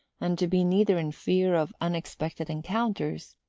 and to be neither in fear of unexpected encounters,